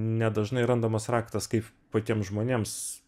nedažnai randamas raktas kaip patiem žmonėms